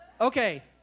Okay